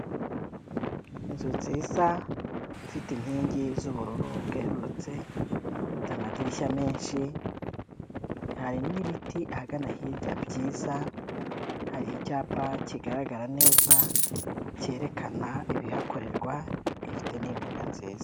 Inzu nziza ifite inkingi z'ubururu bwerurutse ifite amadirishya menshi hari n'ibiti ahagana hirya byiza, hari icyapa kigaragara neza kerekana ibihakorerwa ifite n'imbuga nziza.